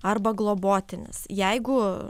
arba globotinis jeigu